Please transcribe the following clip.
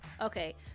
okay